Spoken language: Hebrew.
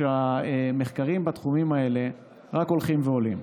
שהמחקרים בתחומים האלה רק הולכים ועולים,